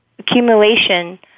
accumulation